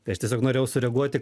tai aš tiesiog norėjau sureaguoti